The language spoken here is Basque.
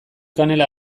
kanela